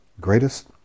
greatest